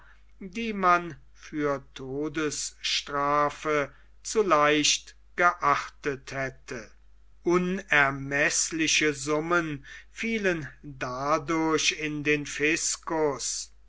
die man für todesstrafe zu leicht geachtet hätte unermeßliche summen fielen dadurch in den fiscus